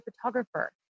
photographer